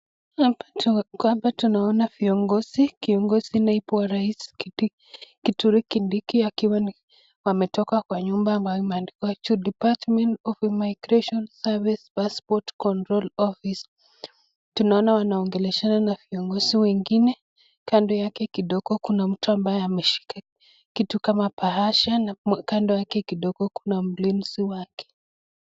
Hapa tunoana viongozi, kiongozi naibu wa rais Kithure Kindiki akiwa wametoka kwa nyumba imeandikwa juu deparment of immigration services passport control office tunaona wanongeleshana na viongozi wengine kando yake kidogo kuna mtu amabye ameshika kitu kama bahasha na kando yake kidogo kuna mlinzi wake.